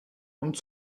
und